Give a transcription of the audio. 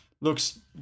looks